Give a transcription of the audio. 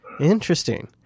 Interesting